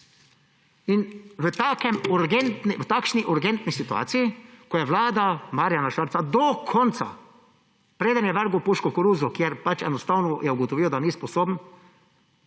V takšni urgentni situaciji, ko je vlada Marjana Šarca do konca, preden je vrgel puško v koruzo, ker pač enostavno je ugotovil, da ni sposoben,